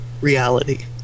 reality